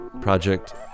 Project